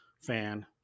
fan